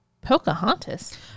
Pocahontas